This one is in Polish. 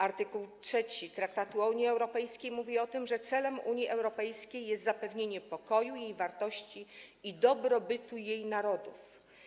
Art. 3 Traktatu o Unii Europejskiej mówi o tym, że celem Unii Europejskiej jest zapewnienie pokoju, jej wartości i dobrobytu jej narodów.